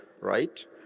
right